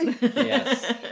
Yes